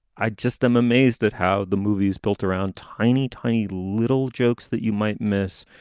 i just i'm amazed at how the movie's built around tiny, tiny little jokes that you might miss,